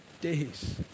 days